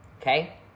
okay